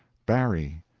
barrie,